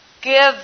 Give